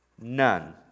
None